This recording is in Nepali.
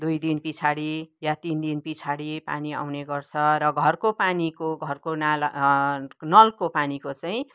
दुई दिन पछाडि या तिन दिन पछाडि पानी आउने गर्छ र घरको पानीको घरको नाला नलको पानीको चाहिँ